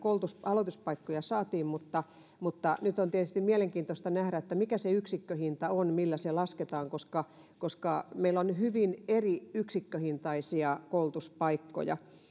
aloituspaikkoja saatiin mutta mutta nyt on tietysti mielenkiintoista nähdä mikä on se yksikköhinta millä se lasketaan koska koska meillä on hyvin eri yksikköhintaisia koulutuspaikkoja